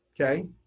Okay